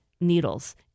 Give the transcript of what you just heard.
needles